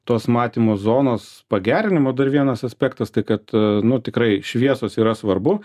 tos matymo zonos pagerinimo dar vienas aspektas tai kad nu tikrai šviesos yra svarbu